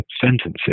sentences